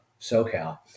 SoCal